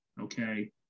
okay